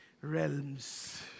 realms